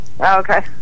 Okay